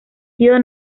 sido